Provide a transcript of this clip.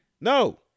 No